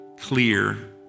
clear